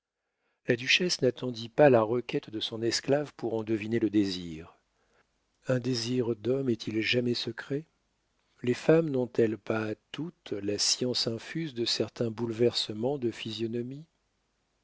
la duchesse n'attendit pas la requête de son esclave pour en deviner le désir un désir d'homme est-il jamais secret les femmes n'ont-elles pas toutes la science infuse de certains bouleversements de physionomie